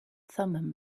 thummim